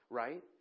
right